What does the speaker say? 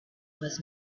was